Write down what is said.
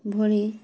ଭଳି